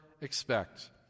expect